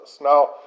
Now